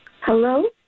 Hello